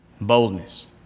Boldness